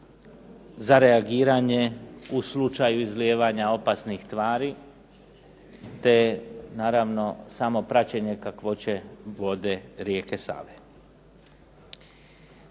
za reagiranje u slučaju izlijevanja opasnih tvari te naravno samo praćenje kakvoće vode rijeke Save.